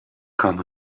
come